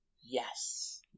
yes